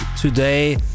today